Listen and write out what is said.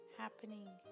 happening